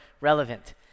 relevant